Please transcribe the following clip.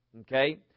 Okay